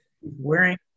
wearing